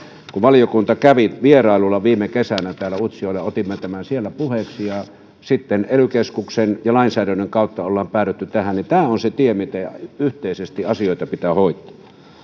kun valiokunta kävi vierailulla viime kesänä utsjoella ja otimme tämän siellä puheeksi niin sitten ely keskuksen ja lainsäädännön kautta ollaan päädytty tähän tämä on se tie miten yhteisesti asioita pitää hoitaa